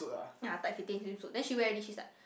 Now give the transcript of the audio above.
ya tight fitting swimming suit then she wear already she's like